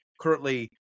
currently